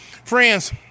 Friends